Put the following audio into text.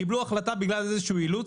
קיבלו החלטה בגלל אילוץ,